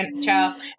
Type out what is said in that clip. child